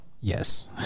Yes